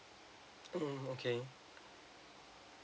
mm okay